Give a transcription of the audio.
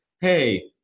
hey